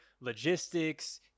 logistics